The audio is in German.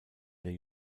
der